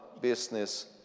business